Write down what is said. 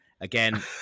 Again